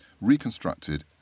reconstructed